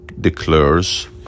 declares